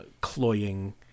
cloying